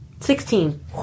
Sixteen